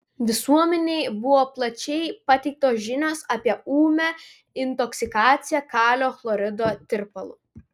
visuomenei buvo plačiai pateiktos žinios apie ūmią intoksikaciją kalio chlorido tirpalu